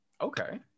okay